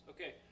Okay